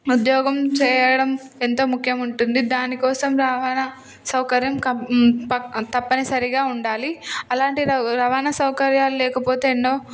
ఉద్యోగం చేయడం ఎంతో ముఖ్యముంటుంది దానికోసం రవాణా సౌకర్యం తప్పనిసరిగా ఉండాలి అలాంటి ర రవాణా సౌకర్యాలు లేకపోతే ఎన్నో